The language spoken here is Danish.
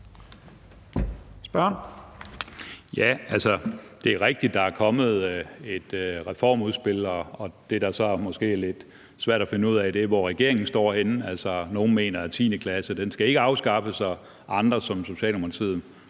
Skaarup (DD): Ja, det er rigtigt, at der er kommet et reformudspil, og det, der så måske er lidt svært at finde ud af, er, hvor regeringen står. Nogle mener, at 10. klasse ikke skal afskaffes, og andre som f.eks. Socialdemokratiet